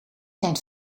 zijn